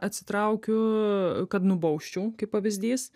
atsitraukiu kad nubausčiau kaip pavyzdys